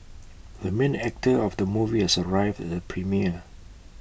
the main actor of the movie has arrived at the premiere